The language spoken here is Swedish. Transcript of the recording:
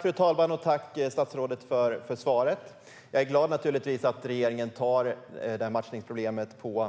Fru talman! Tack, statsrådet, för svaret! Jag är naturligtvis glad att regeringen tar matchningsproblemet på